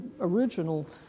original